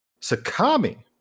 Sakami